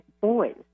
boys